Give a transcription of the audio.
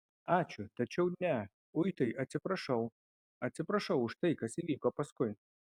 ačiū tačiau ne uitai atsiprašau atsiprašau už tai kas įvyko paskui